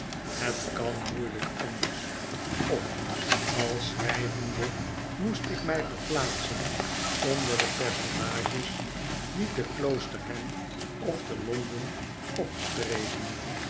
het kan moeielijk anders of al schrijvende moest ik mij verplaatsen onder de personages die te kloosterham of te londen optreden